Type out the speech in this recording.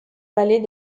vallée